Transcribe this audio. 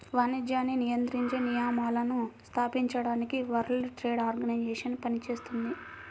వాణిజ్యాన్ని నియంత్రించే నియమాలను స్థాపించడానికి వరల్డ్ ట్రేడ్ ఆర్గనైజేషన్ పనిచేత్తుంది